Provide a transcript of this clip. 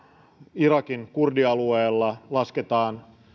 irakin kurdialueella lasketaan